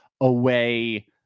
away